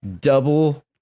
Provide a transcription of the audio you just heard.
Double